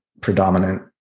predominant